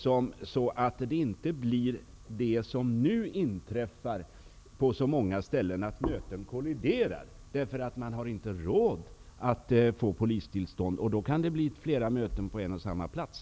Det gäller ju att undvika det som nu inträffar på många ställen -- nämligen att möten kolliderar därför att man inte har råd med polistillstånd, och då kan det bli flera möten på en och samma plats.